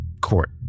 Court